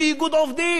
ולצערי,